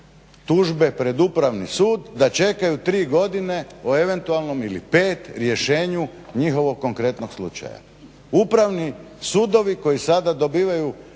tužbe pred Upravni sud da čekaju tri godine o eventualnom ili pet rješenju njihovog konkretnog slučaja. Upravni sudovi koji sada dobivaju